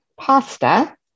pasta